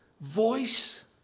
Voice